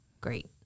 great